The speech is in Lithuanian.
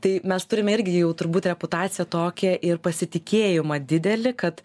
tai mes turime irgi jau turbūt reputaciją tokią ir pasitikėjimą didelį kad